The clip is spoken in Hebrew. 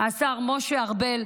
השר משה ארבל,